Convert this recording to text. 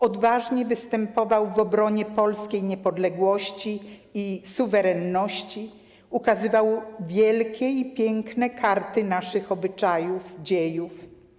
Odważnie występował w obronie polskiej niepodległości i suwerenności, ukazywał wielkie i piękne karty naszych dziejów.